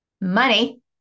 money